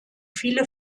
viele